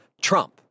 Trump